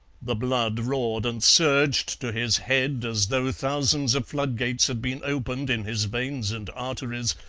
the blood roared and surged to his head as though thousands of floodgates had been opened in his veins and arteries,